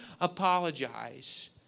apologize